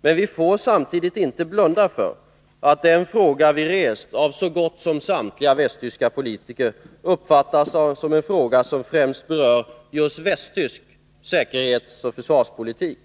men vi får samtidigt inte blunda för att den fråga vi rest av så gott som samtliga västtyska politiker uppfattas som en fråga som främst berör just västtysk säkerhetsoch försvarspolitik.